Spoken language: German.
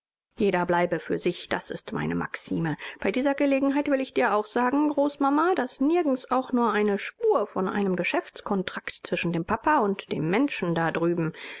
jeder bleibe für sich das ist meine maxime bei dieser gelegenheit will ich dir auch sagen großmama daß nirgends auch nur eine spur von einem geschäftskontrakt zwischen dem papa und dem menschen da drüben